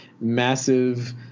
massive